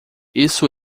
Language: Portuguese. isso